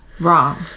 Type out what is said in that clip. Wrong